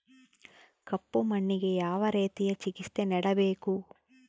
ಕಪ್ಪು ಮಣ್ಣಿಗೆ ಯಾವ ರೇತಿಯ ಚಿಕಿತ್ಸೆ ನೇಡಬೇಕು?